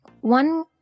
One